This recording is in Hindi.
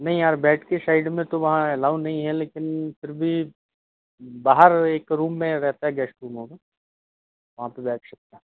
नहीं यार बेड के शाइड में तो वहाँ एलाउ नहीं है लेकिन फिर भी बाहर एक रूम में रहता है गेश्ट रूम होगा वहाँ पर बैठ सकते हैं थोड़ी देर